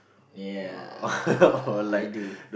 ya I do